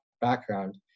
background